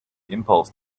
impulse